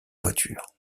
voiture